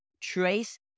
Trace